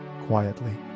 quietly